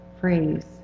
phrase